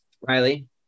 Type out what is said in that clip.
Riley